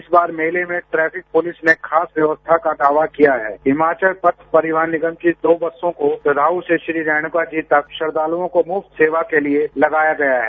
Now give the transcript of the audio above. इस बार मेले में ट्रैफिक पुलिस ने खास व्यवस्था का दावा किया है हिमाचल पथ परिवहन निगम की दो बसों को ददाहू से श्री रेणुका जी तक श्रदालुओ को मुफ्त सेवा के लिए लगाया गया है